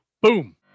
boom